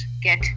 get